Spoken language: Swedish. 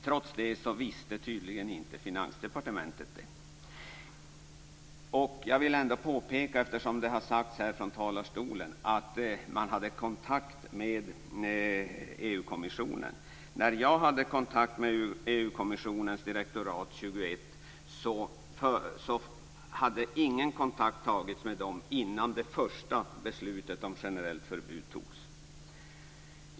Trots det visste tydligen inte Finansdepartementet detta. Jag vill påpeka, eftersom det har sagts från talarstolen att man hade kontakt med EU-kommissionen, att när jag hade kontakt med EU-kommissionens direktorat 21 hade ingen kontakt tagits med dem innan det första beslutet om generellt förbud fattades.